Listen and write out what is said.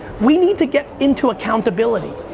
we need to get into accountability.